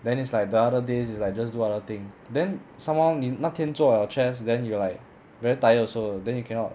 then is like the other days is like just do other thing then somehow 你那天做了 chest then you are like very tired also then you cannot